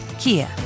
Kia